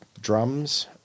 drums